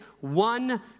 one